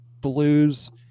blues